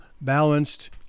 balanced